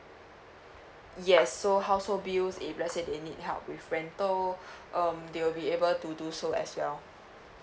yes so household bills if let's say they need help with rental um they will be able to do so as well